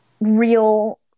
real